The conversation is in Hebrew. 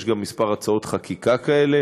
יש גם כמה הצעות חקיקה כאלה